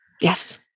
Yes